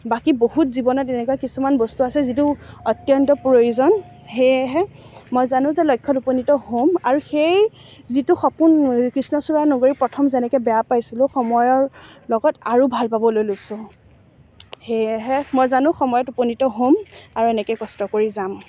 বাকী বহুত জীৱনত এনেকুৱা কিছুমান বস্তু আছে যিটো অত্যন্ত প্ৰয়োজন সেয়েহে মই জানোঁ যে লক্ষ্যত উপনীত হ'ম আৰু সেই যিটো সপোন কৃষ্ণচূড়াৰ নগৰীত প্ৰথম যেনেকৈ বেয়া পাইছিলোঁ সময়ৰ লগত আৰু ভাল পাবলৈ লৈছোঁ সেয়েহে মই জানোঁ সময়ত উপনীত হ'ম আৰু এনেকৈ কষ্ট কৰি যাম